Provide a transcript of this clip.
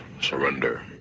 surrender